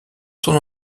son